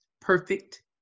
Perfect